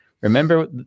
Remember